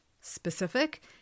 specific